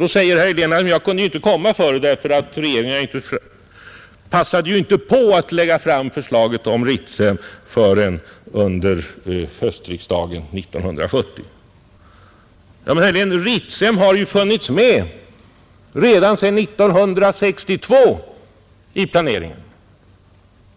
Då säger herr Helén att han inte kunde komma förr därför att regeringen inte passade på att lägga fram förslaget om Ritsem förrän under höstriksdagen 1970. Men herr Helén, Ritsem har ju funnits med i planeringen ända sedan 1962.